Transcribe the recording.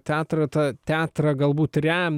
teatrą tą teatrą galbūt remia